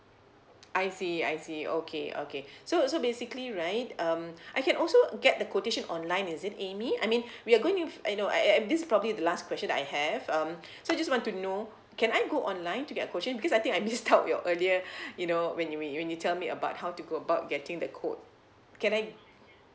I see I see okay okay so so basically right um I can also get the quotation online is it amy I mean we are going with eh no I and and this probably the last question that I have um so just want to know can I go online to get a quotation because I think I missed out your earlier you know when you me when you tell me about how to go about getting the quote can I